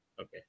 okay